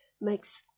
makes